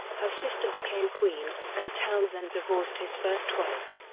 her sister became queen, and townsend divorced his first wife.